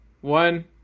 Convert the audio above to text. one